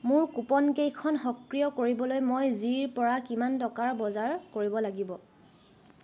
মোৰ কুপনকেইখন সক্ৰিয় কৰিবলৈ মই জিৰ পৰা কিমান টকাৰ বজাৰ কৰিব লাগিব